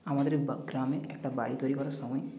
আমাদের বা গ্রামে একটা বাড়ি তৈরি করার সময়